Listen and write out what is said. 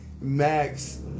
max